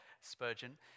Spurgeon